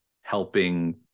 helping